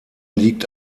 liegt